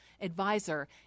advisor